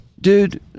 Dude